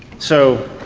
so